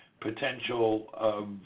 potential